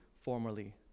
formerly